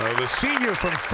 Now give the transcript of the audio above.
the senior,